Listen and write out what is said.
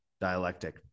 dialectic